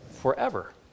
forever